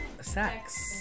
sex